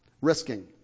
risking